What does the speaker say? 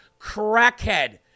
crackhead